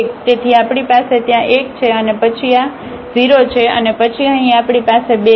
તેથી આપણી પાસે ત્યાં 1 છે અને પછી આ 0 છે અને પછી અહીં આપણી પાસે 2 છે